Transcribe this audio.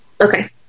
Okay